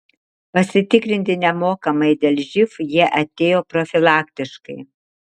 pasitikrinti nemokamai dėl živ jie atėjo profilaktiškai